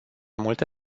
multe